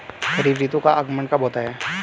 खरीफ ऋतु का आगमन कब होता है?